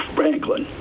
Franklin